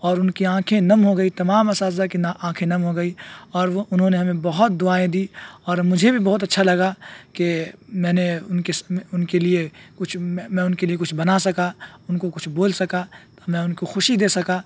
اور ان کی آنکھیں نم ہو گئی تمام اساتذہ کی آنکھیں نم ہو گئی اور وہ انہوں نے ہمیں بہت دعائیں دی اور مجھے بھی بہت اچھا لگا کہ میں نے ان ان کے لیے کچھ میں ان کے لیے کچھ بنا سکا ان کو کچھ بول سکا میں ان کو خوشی دے سکا